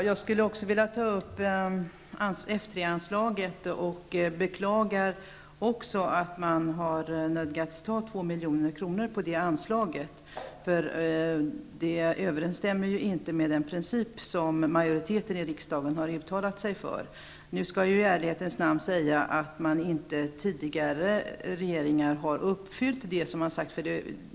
Herr talman! Också jag vill ta upp F3-anslaget. Jag beklagar att man nödgats skära ned det anslaget med 2 milj.kr. Detta överensstämmer inte med den princip som en majoritet i riksdagen har uttalat sig för. Det skall i ärlighetens namn sägas att inte heller tidigare regeringar har uppnått det målet.